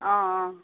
অঁ অঁ